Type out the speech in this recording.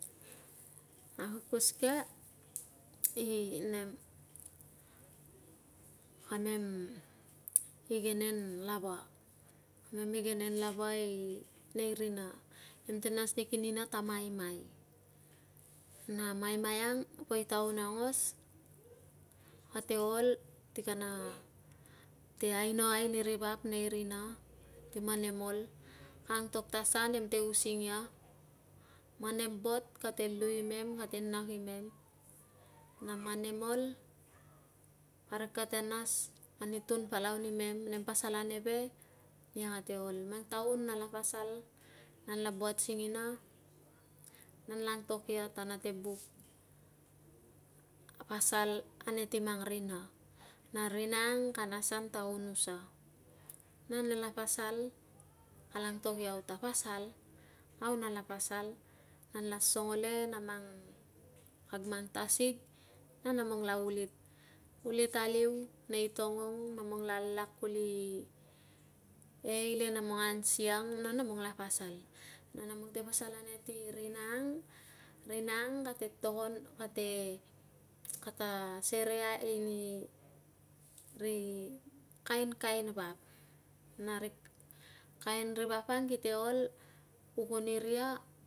Akuskus ke i nem, kamem igenen lava, kamem igenen lava i nei rina. Nem te nas ni kin nina ta maimai na maimai ang po taun aungos kate ol ti kana te ainoai ni ri vap nei rina ti man nem ol, ka antok ta sa nemte using ia, man nem bot kata lu imem, kate nak imem, na man nem ol, parik kate nas ani tun palau nimem, nem pasal aneve, nia kate ol. Mang taun nala pasal, nanla buat singina nanla antok ia ta nate buk pasal ane ti mang rina na rina ang kana asan ta unusa. Na nala pasal, kala antok iau ta pasal. Au, nala pasal nan la songo le na mang, kag mang tasig na nemlong la ulit, ulit, aliu nei tongong, nemlong la lak kuli ei le nemlong an siang na namemlong la pasal. Na nemlong te pasal ane ti rina ang, rina ang kate togon, kate, kate sereiai ni ri kainkain vap na ri kain ri vap ang kite ol, pukun iria